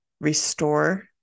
restore